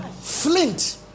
Flint